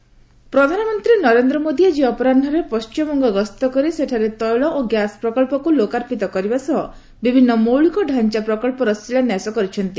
PM WB ପ୍ରଧାନମନ୍ତ୍ରୀ ନରେନ୍ଦ୍ର ମୋଦି ଆଜି ଅପରାହ୍କରେ ପଣ୍ଟିମବଙ୍ଗ ଗସ୍ତ କରି ସେଠାରେ ତେିଳ ଓ ଗ୍ୟାସ ପ୍ରକଚ୍ଚକୁ ଲୋକାର୍ପିତ କରିବା ସହ ବିଭିନ୍ନ ମୌଳିକ ଢାଞ୍ଚା ପ୍ରକଚ୍ଚର ଶିଳାନ୍ୟାସ କରିଛନ୍ତି